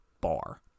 bar